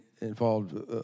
involved